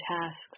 tasks